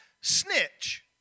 snitch